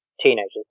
teenagers